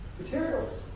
materials